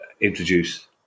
introduce